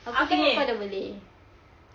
aku tengok kau dah boleh